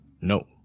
No